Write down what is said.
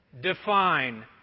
define